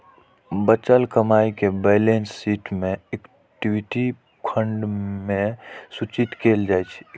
बचल कमाइ कें बैलेंस शीट मे इक्विटी खंड मे सूचित कैल जाइ छै